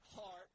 heart